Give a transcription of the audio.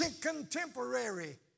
contemporary